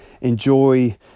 enjoy